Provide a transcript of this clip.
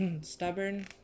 Stubborn